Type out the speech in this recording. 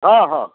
हँ हँ